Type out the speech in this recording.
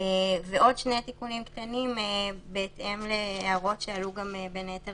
ועוד שני תיקונים קטנים בהתאם להערות שעלו בין היתר